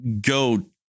go